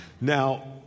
Now